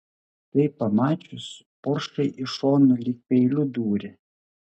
tai pamačius poršai į šoną lyg peiliu dūrė